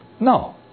No